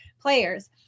players